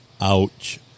Ouch